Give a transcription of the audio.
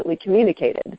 communicated